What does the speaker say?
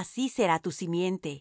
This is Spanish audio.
así será tu simiente